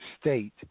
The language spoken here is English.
state